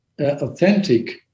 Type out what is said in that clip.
authentic